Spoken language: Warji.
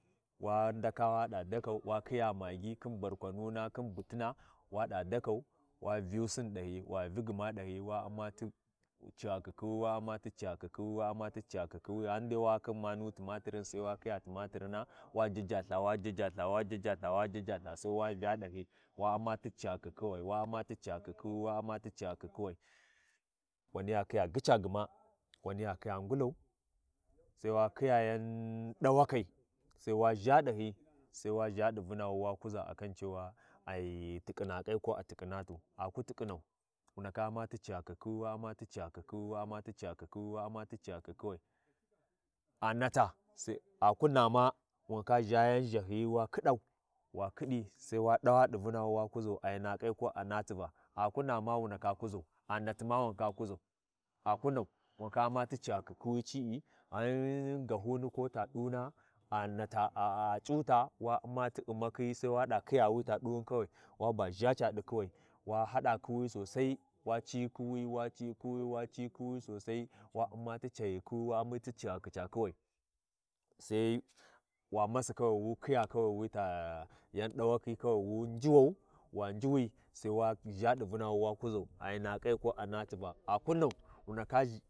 Yani bu ƙaman hyi Layiya, Ya sapi Layakhi Yisi Yisai ghingain Yisi Yisai ko wulThinnma tayani ya ndaka taa, ghan dai ƙurnini ba wu U’mmilthin, hyi ndaka ɗu Va lthin hyi ndaka taa ƙurinnu, hyi Layi be ya fa yisiyisai, yisiyidai ci sapa kullum ya kuʒa Piyatiʒa, kullum ya kuʒa P’i yatiʒa, ghami hyi ƙurinni ga ha wu U’mmi lthin, duyuni nimaba a fakhi a ɗiva hyin U’mmi miya?. Ana ƙurinna, ɗawa ɗa khiya nu ƙurinna nuniwani waɗa tay, ya ɗu Va, Sai ya ɗu Va hyi ndka taa ƙurinnu Lthin kurunni a yada ba a nginnilthin, amma dai ghan hi shintafi ba wu Ummilthin to ɗin yani bu wu biyilthin, ghani yisiyisi ba wu biyilthin, hyi ndaka, har ma ghumasin ba hyi ndaka khiya ghinsa, yaniya khyad ghu- ʒha ti tissiu, nuna ai yaba hyi ndaka khiya tikinamu yisiyiai ƙaaghima ko nunuga ai a nunu hyi Alkaleri ba hyi U’mmima ƙaaghima, ghingi we- e ɗingha tani ta Wuyari hyi yni bu ma ba maɗa kinna di kukusai, ma ƙin ɗi kukusai ma piyan maba Vya Lthikan tuga khiyaghin ciran wuti ma ɗighan tahyiyi ghan we- e ɗighan yani bu we- vu- Layi kaniwi, yani bu ghi sapi Layakhin ƙaanani ya Umma ƙurinni bu mbanai tu- tu ƙurin masarana kamani yahaa rivu dinni gma, ya Umma ruuvun bu Mbanai ya U’nn ruvun bu mbanai ma ndaka taa ƙurimmi, ma taa ƙurinni, mataa ƙurinni har yuwa Suwa ma ma ndaka P’a yan kayakhin bu ma ndaka karya khin cicu khin, Sabodi ma yada ba ma tii ɗin gha C’amaʒan ma ba ma tii ɗin ta ƙurinna, ghani ma khin fiyai yu ga duwulamu cin, mu daɗa mu makya gma muga ndaka ghin ma ndakhiya.